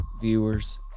viewers